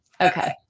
okay